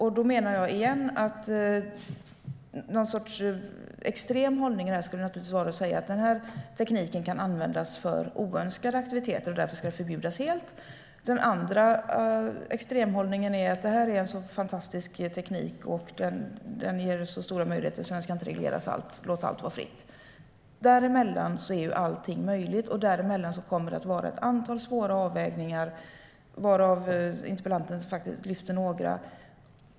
En extrem hållning skulle vara att säga att tekniken ska förbjudas helt eftersom den kan användas för oönskade aktiviteter. Den andra extrema hållningen är att säga att tekniken ger så stora möjligheter att den inte ska regleras alls: Låt allt vara fritt! Däremellan är allting möjligt, och det kommer att vara ett antal svåra avvägningar, varav interpellanten tar upp några.